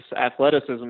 athleticism